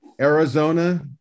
Arizona